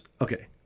Okay